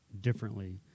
differently